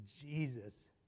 jesus